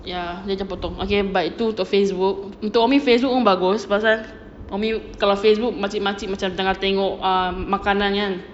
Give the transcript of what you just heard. ya nanti dia potong okay itu untuk facebook untuk umi facebook pun bagus pasal umi facebook makcik-makcik tengah tengok err makanan kan